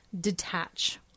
detach